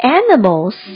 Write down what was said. animals